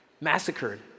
massacred